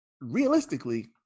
realistically